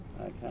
okay